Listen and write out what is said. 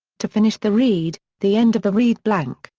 to finish the reed, the end of the reed blank,